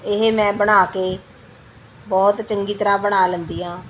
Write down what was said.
ਇਹ ਮੈਂ ਬਣਾ ਕੇ ਬਹੁਤ ਚੰਗੀ ਤਰ੍ਹਾਂ ਬਣਾ ਲੈਂਦੀ ਹਾਂ